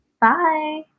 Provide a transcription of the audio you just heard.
Bye